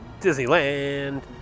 Disneyland